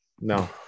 no